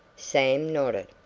sam nodded.